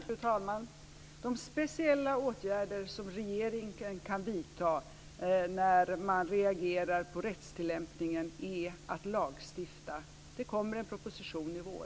Fru talman! De speciella åtgärder som regeringen kan vidta när den reagerar på rättstillämpningen är att lagstifta. Det kommer en proposition i vår.